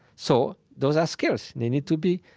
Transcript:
so those are skills. they need to be,